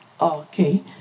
Okay